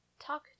talk